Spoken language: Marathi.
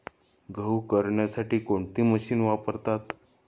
गहू करण्यासाठी कोणती मशीन वापरतात?